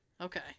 okay